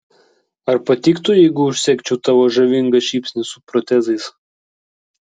ar patiktų jeigu užsegčiau tavo žavingą šypsnį su protezais